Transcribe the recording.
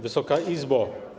Wysoka Izbo!